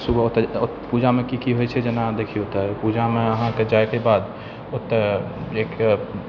सुबह ओतय पूजामे की की होइ छै जेना देखियौ तऽ पूजामे अहाँके जाइके बाद ओतय एक